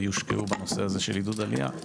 או יושקעו בנושא הזה של עידוד עלייה,